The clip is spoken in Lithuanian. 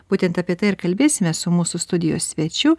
būtent apie tai ir kalbėsimės su mūsų studijos svečiu